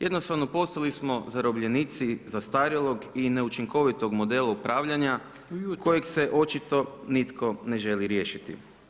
Jednostavno postali smo zarobljenici zastarjelog i neučinkovitog modela upravljanja, kojeg se očito nitko ne želi riješiti.